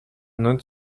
not